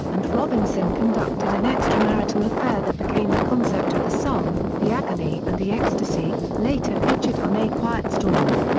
and robinson conducted an extramarital affair that became the concept of the song, the agony and the ecstasy, later featured on a quiet storm.